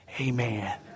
Amen